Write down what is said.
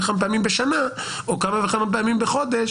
כמה וכמה פעמים בשנה או כמה וכמה פעמים בחודש,